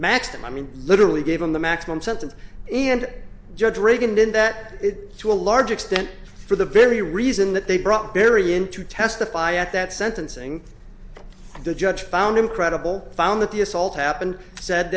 maximum i mean literally gave him the maximum sentence and judge reagan did that to a large extent for the very reason that they brought barry in to testify at that sentencing the judge found him credible found that the assault happened said